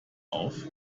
auf